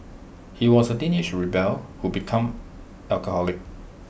he was A teenage rebel who become alcoholic